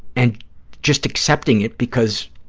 and just accepting it because,